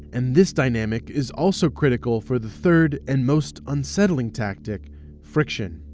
and this dynamic is also critical for the third and most unsettling tactic friction.